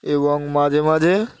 এবং মাঝে মাঝে